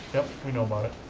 we know about it.